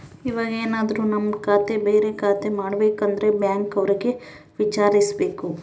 ಇವಾಗೆನದ್ರು ನಮ್ ಖಾತೆ ಬೇರೆ ಖಾತೆ ಮಾಡ್ಬೇಕು ಅಂದ್ರೆ ಬ್ಯಾಂಕ್ ಅವ್ರಿಗೆ ವಿಚಾರ್ಸ್ಬೇಕು